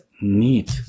need